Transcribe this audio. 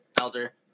elder